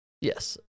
yes